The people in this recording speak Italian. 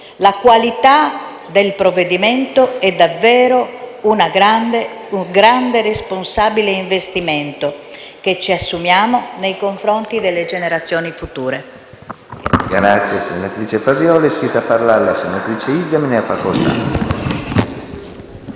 La qualità del provvedimento è davvero un grande e responsabile investimento che ci assumiamo nei confronti delle generazioni future.